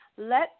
Let